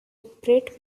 bret